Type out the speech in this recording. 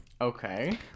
Okay